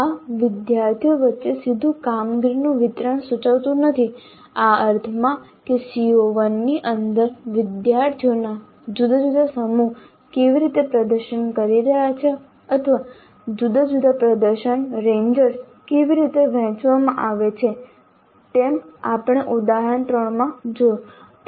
આ વિદ્યાર્થીઓ વચ્ચે સીધુ કામગીરીનું વિતરણ સૂચવતું નથી આ અર્થમાં કે CO1 ની અંદર વિદ્યાર્થીઓના જુદા જુદા સમૂહ કેવી રીતે પ્રદર્શન કરી રહ્યા છે અથવા જુદા જુદા પ્રદર્શન રેન્જર્સ કેવી રીતે વહેંચવામાં આવે છે જેમ આપણે ઉદાહરણ 3 માં જોયું